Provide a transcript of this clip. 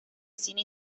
cine